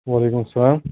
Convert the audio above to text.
وعلیکُم سَلام